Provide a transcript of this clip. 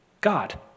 God